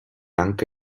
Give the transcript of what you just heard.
anche